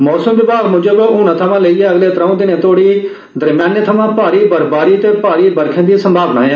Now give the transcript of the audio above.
मौसम विभाग मुजब हूनै थमां लेइयै अगले त्रौं दिने तोहड़ी दरम्याने थमां भारी बर्फबारी ते भारी बरखें दी संभावना ऐ